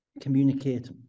communicate